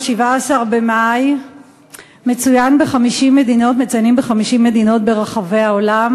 ב-17 במאי מציינים ב-50 מדינות ברחבי העולם